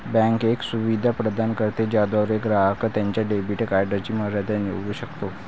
bank एक सुविधा प्रदान करते ज्याद्वारे ग्राहक त्याच्या डेबिट कार्डची मर्यादा निवडू शकतो